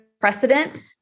precedent